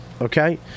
Okay